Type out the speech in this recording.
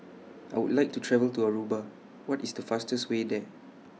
I Would like to travel to Aruba What IS The fastest Way There